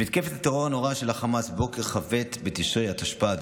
במתקפת הטרור הנוראה של חמאס בבוקר כ"ב בתשרי התשפ"ד,